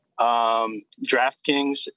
DraftKings